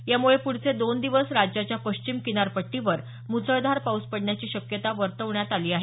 यामुळे पुढचे दोन दिवस राज्याच्या पश्चिम किनारपट्टीवर म्सळधार पाऊस पडण्याची शक्यता वर्तवण्यात आली आहे